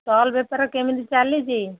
stall ବେପାର କେମିତି ଚାଲିଛି